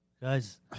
guys